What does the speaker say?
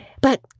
But